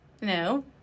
No